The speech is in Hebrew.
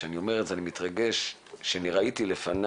כשאני אומר את זה, אני מתרגש שאני ראיתי לפניי